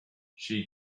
she